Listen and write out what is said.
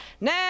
now